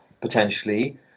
potentially